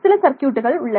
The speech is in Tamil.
சில சர்க்யூட்டுகள் உள்ளன